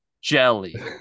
jelly